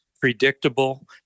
predictable